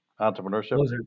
entrepreneurship